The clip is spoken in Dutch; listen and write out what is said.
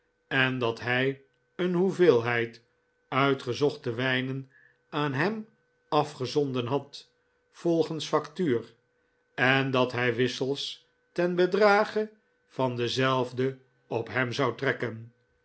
en dat hij een hoeveelheid uitgezochte wijnen aan hem afgezonden had volgens factuur en dat hij wissels ten bedrage van dezelve op hem zou trekken